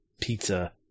pizza